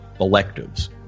electives